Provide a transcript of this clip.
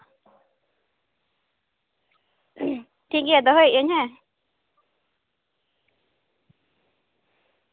ᱴᱷᱤᱠ ᱜᱮᱭᱟ ᱫᱚᱦᱚᱭᱮᱫᱼᱟᱹᱧ ᱦᱮᱸ